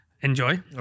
enjoy